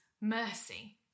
mercy